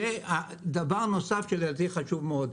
דבר נוסף שלדעתי חשוב מאוד,